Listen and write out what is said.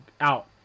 out